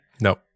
No